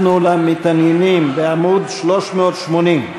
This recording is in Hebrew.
אנחנו, למתעניינים, בעמוד 380,